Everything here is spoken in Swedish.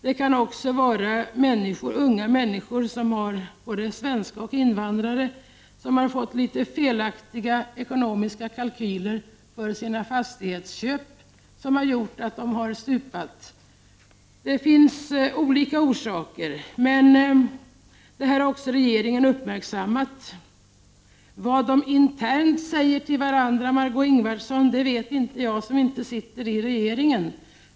Det kan också vara så att unga människor, både svenskar och invandrare, har fått felaktiga ekonomiska kalkyler vid sina fastighetsköp. Det finns olika orsaker, och det har regeringen uppmärksammat. Vad man i regeringen säger till varandra internt, Margö Ingvardsson, vet jaginte, eftersom jag inte sitter i regeringen.